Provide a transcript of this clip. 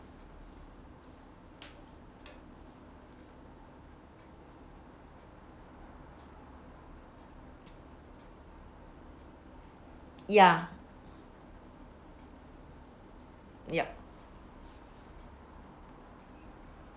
ya yup